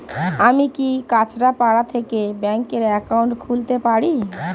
আমি কি কাছরাপাড়া থেকে ব্যাংকের একাউন্ট খুলতে পারি?